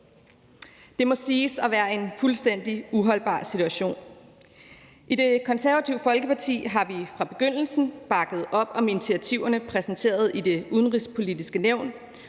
Det må siges at være en fuldstændig uholdbar situation. I Det Konservative Folkeparti har vi fra begyndelsen bakket op om initiativerne præsenteret i Det Udenrigspolitiske Nævn,